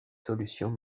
solutions